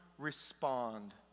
respond